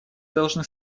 должны